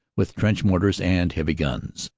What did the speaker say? with trench mortars and heavy guns.